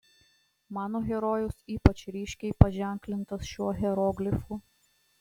mano herojus ypač ryškiai paženklintas šiuo hieroglifu